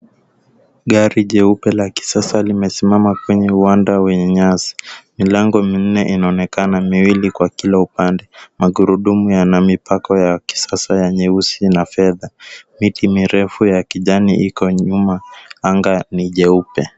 Gari jeupe la kisasa limesimama kwenye uwanda wenye nyasi. Milango minne inaonekana miwili kwa kila upande. Magurundumu yana mipako ya kisasa ya nyesusi na fedha. Miti mirefu ya kijani iko nyuma. Anga ni jeupe.